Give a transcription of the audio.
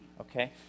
okay